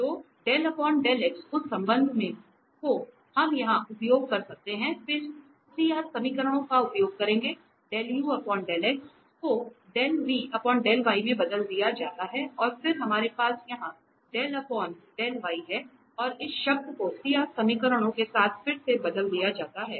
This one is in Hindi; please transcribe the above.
तो उस संबंध को हम यहां उपयोग कर सकते हैं फिर CR समीकरणों का उपयोग करके को में बदल दिया जाता है और फिर हमारे पास यहां है और इस शब्द को CR समीकरणों के साथ फिर से बदल दिया जाता है